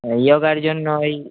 হ্যাঁ যোগার জন্য ওই